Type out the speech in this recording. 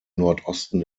nordosten